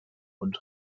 und